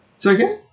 sorry again